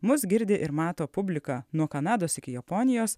mus girdi ir mato publika nuo kanados iki japonijos